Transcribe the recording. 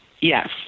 yes